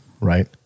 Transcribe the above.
right